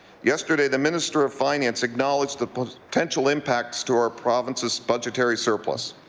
yesterday the minister of finance acknowledged the potential impacts to our province's budgetary surplus.